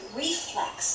reflex